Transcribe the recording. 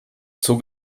zog